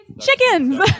Chickens